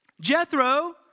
Jethro